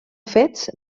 fets